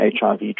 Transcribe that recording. HIV